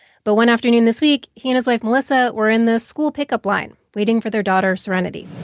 but one afternoon this week, he and his wife, millisa, were in the school pickup line, waiting for their daughter serenity